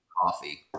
coffee